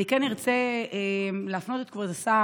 אני כן ארצה להפנות את כבוד השר,